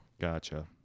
Gotcha